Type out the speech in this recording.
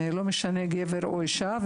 לא משנה אם זה גבר או אישה,